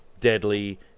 deadly